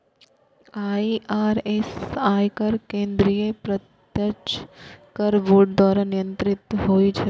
IRS, आयकर केंद्रीय प्रत्यक्ष कर बोर्ड द्वारा नियंत्रित होइ छै